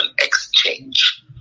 exchange